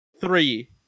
Three